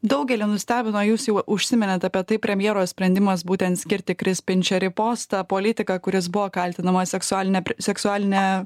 daugelį nustebino jūs jau užsiminėt apie tai premjero sprendimas būtent skirti kris pinčerį postą politiką kuris buvo kaltinamas seksualine seksualine